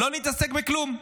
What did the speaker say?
לא נתעסק בכלום.